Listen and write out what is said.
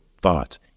thoughts